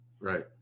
right